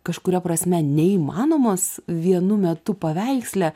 kažkuria prasme neįmanomos vienu metu paveiksle